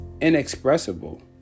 inexpressible